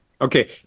Okay